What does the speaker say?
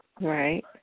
Right